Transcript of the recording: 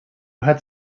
had